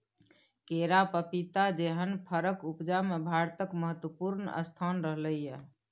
केरा, पपीता जेहन फरक उपजा मे भारतक महत्वपूर्ण स्थान रहलै यै